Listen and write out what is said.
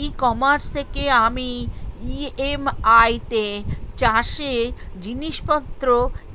ই commerce থেকে আমি EMI তে চাষে জিনিসপত্র